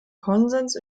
konsens